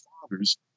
fathers